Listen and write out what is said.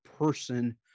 person